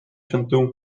chantun